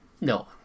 No